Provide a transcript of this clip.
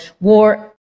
war